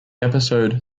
episode